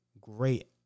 great